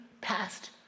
past